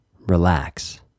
relax